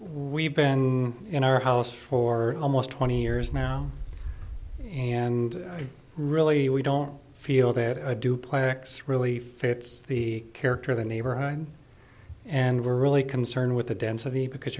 we've been in our house for almost twenty years now and really we don't feel that i do plastics really fits the character of the neighborhood and we're really concerned with the density because